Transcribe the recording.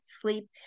sleep